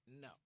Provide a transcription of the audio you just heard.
no